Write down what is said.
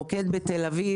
מוקד בתל אביב.